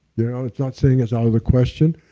yeah and it's not saying it's out of the question,